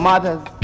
Mothers